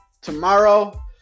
tomorrow